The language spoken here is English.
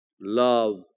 Love